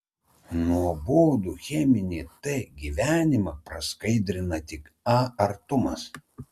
nuobodų cheminį t gyvenimą praskaidrina tik a artumas